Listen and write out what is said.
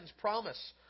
promise